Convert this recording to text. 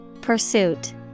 Pursuit